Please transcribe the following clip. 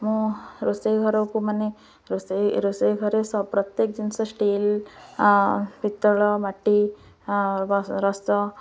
ମୁଁ ରୋଷେଇ ଘରକୁ ମାନେ ରୋଷେଇ ରୋଷେଇ ଘରେ ପ୍ରତ୍ୟେକ ଜିନିଷ ଷ୍ଟିଲ୍ ପିତ୍ତଳ ମାଟି ରସ